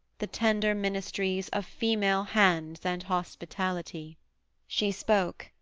the tender ministries of female hands and hospitality she spoke,